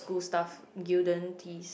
cool stuff Gildan tees